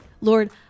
Lord